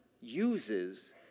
uses